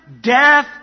death